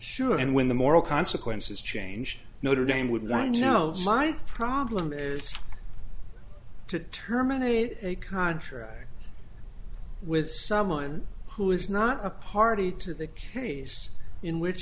sure and when the moral consequences change notre dame would lie and tells my problem is to terminate a contract with someone who is not a party to the case in which